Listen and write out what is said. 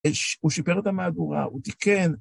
הוא שיפר את המהדורה, הוא תיקן.